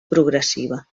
progressiva